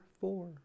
four